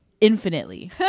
infinitely